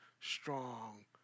strong